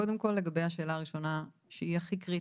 קודם כל, לגבי השאלה הראשונה, שהיא הכי קריטית.